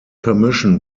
permission